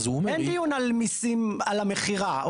אין דיון על מיסים, על המכירה.